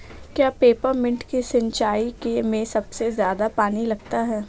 क्या पेपरमिंट की सिंचाई में सबसे ज्यादा पानी लगता है?